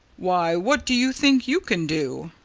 why, what do you think you can do?